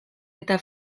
eta